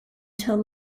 till